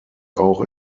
auch